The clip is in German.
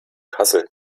kassel